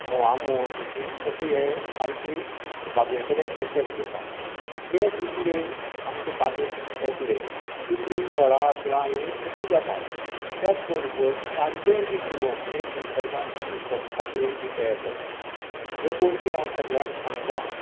म्होवांमूस बी अशे हे आमचे बागे कडेन एट्र्रेक्ट जातात ते जितले आमचे बागेंत येतले तितलीं फळां बिळां हीं खूब्ब जाता त्याच बरोबर तांचेंय बी जिवन एक निसर्गांत निसर्ग सांखळी बी तयार जाता ह्यो गोश्टी हांव सगळ्यांक सांगतां